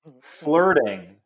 flirting